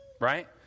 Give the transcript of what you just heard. right